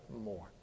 more